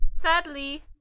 Sadly